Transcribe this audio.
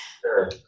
Sure